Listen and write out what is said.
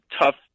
tough